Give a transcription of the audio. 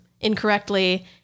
incorrectly